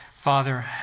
Father